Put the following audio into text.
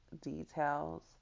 details